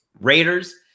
Raiders